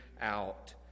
out